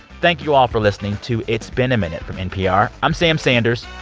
thank you all for listening to it's been a minute from npr. i'm sam sanders.